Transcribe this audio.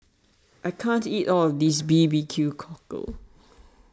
I can't eat all of this Barbecue Cockle